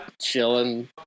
chilling